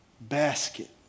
basket